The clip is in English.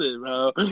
bro